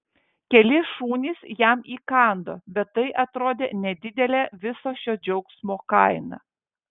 keli šunys jam įkando bet tai atrodė nedidelė viso šio džiaugsmo kaina